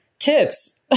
Tips